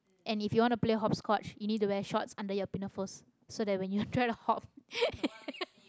and if you want to play hopscotch you need to wear shorts under your pinafores so that when you try to hop